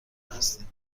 هستیم